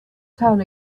town